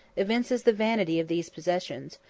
evinces the vanity of these possessions,